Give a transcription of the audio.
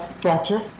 Doctor